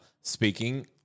speaking